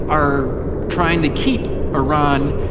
are trying to keep iran,